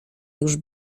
już